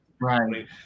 right